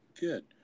Good